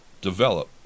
develop